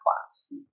class